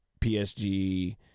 PSG